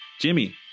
Jimmy